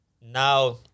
Now